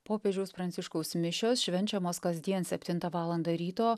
popiežiaus pranciškaus mišios švenčiamos kasdien septintą valandą ryto